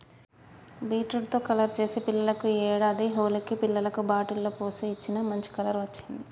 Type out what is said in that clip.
beetroot తో colour చేసి పిల్లలకు ఈ ఏడాది హోలికి పిల్లలకు బాటిల్ లో పోసి ఇచ్చిన, మంచి కలర్ వచ్చింది